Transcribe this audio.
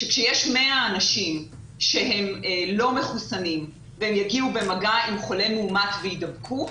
כשיש 100 אנשים שהם לא מחוסנים והם יהיו במגע עם חולה מאומת ויידבקו,